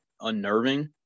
unnerving